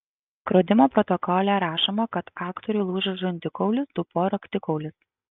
skrodimo protokole rašoma kad aktoriui lūžo žandikaulis dubuo raktikaulis